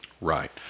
right